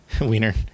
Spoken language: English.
Wiener